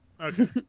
okay